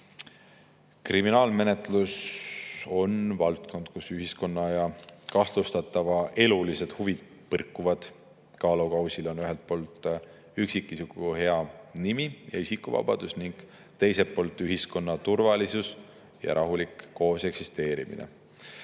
Kriminaalmenetlus on valdkond, kus ühiskonna ja kahtlustatava elulised huvid põrkuvad. Kaalukausil on ühelt poolt üksikisiku hea nimi ja isikuvabadus ning teiselt poolt ühiskonna turvalisus ja rahulik kooseksisteerimine.